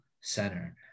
center